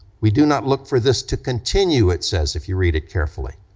we do not look for this to continue, it says, if you read it carefully.